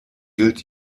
gilt